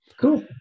cool